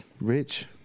Rich